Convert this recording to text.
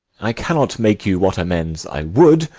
i cannot make you what amends i would,